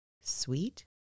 sweet